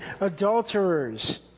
adulterers